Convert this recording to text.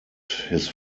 his